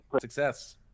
Success